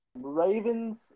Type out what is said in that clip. Ravens